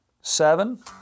Seven